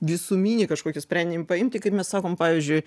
visuminį kažkokį sprendinį paimti kaip mes sakom pavyzdžiui